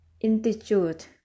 Institute